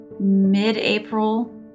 mid-April